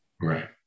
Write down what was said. right